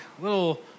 little